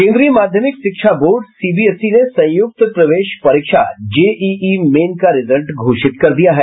केन्द्रीय माध्यमिक शिक्षा बोर्ड सीबीएसई ने संयुक्त प्रवेश परीक्षा जेईई मेंस का रिजल्ट घोषित कर दिया है